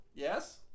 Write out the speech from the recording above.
Yes